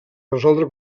resoldre